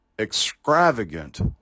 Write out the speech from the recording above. extravagant